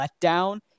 letdown